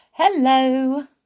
hello